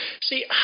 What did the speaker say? See